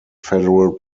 federal